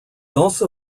also